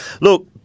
Look